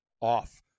off